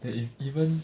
that is even